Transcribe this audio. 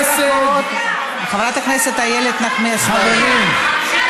חסד, חברת הכנסת איילת נחמיאס ורבין.